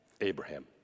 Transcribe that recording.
Abraham